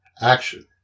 Action